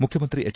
ಮುಖ್ಯಮಂತ್ರಿ ಹೆಚ್